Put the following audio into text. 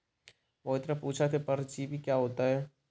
मोहित ने पूछा कि परजीवी क्या होता है?